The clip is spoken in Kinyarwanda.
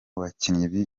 bakinnyi